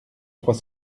trois